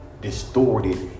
distorted